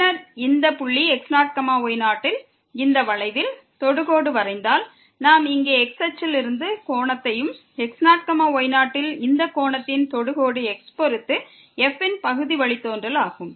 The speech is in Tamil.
பின்னர் இந்த புள்ளி x0y0யில் இந்த வளைவில் தொடுகோடு வரைந்தால் நாம் இங்கே x அச்சில் இருந்து கோணத்தையும் x0 y0 ல் இந்த கோணத்தின் தொடுகோடு x பொறுத்து f ன் பகுதி வழித்தோன்றல் ஆகும்